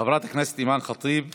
חברת הכנסת אימאן ח'טיב יאסין,